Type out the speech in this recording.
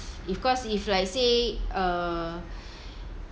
if because if like say uh